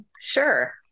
Sure